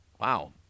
Wow